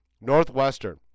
Northwestern